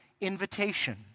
invitation